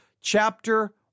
chapter